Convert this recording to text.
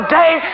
day